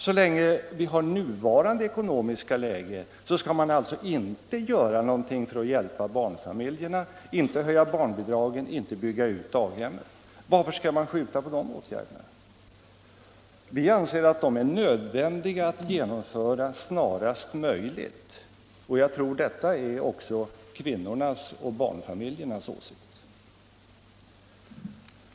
Så länge vi har nuvarande ekonomiska läge skall man alltså inte göra någonting för att hjälpa barnfamiljerna, höja barnbidragen eller bygga ut daghemmen. Varför skall man skjuta på dessa åtgärder? Vi anser det nödvändigt att genomföra dem snarast möjligt. Jag tror detta också är kvinnornas och barnfamiljernas åsikt.